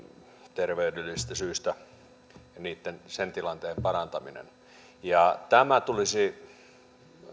terveydellisistä syistä tilanteen parantaminen tämä tulisi